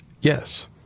Yes